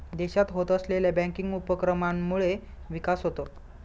देशात होत असलेल्या बँकिंग उपक्रमांमुळे विकास होतो